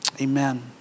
Amen